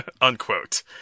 unquote